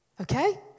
Okay